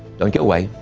don't go away.